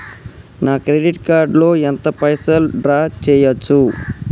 నా credit card లో ఎంత పైసల్ డ్రా చేయచ్చు?